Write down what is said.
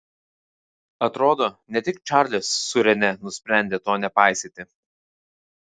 atrodo ne tik čarlis su rene nusprendė to nepaisyti